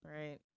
Right